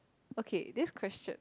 okay this question